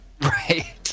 Right